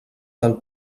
del